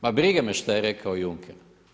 Ma briga me šta je rekao Juncker!